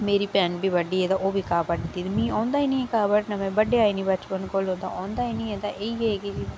मेरी भैन बी बढदी ऐ ओह् बी घाऽ बढदी ऐ मिं औंदा ई निं ऐ घाऽ बड्ढना कदें बड्ढेआ ई निं बचपन कोलूं औंदा ई निं ऐ ते इ'यै ऐ कि